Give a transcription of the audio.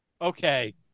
Okay